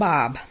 Bob